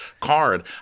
card